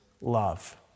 love